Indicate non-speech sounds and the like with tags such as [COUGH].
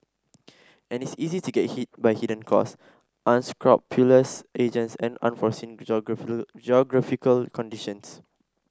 and it's easy to get hit by hidden costs unscrupulous agents and unforeseen [UNINTELLIGIBLE] geographical conditions